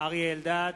אריה אלדד,